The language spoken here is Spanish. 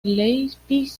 leipzig